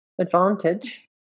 advantage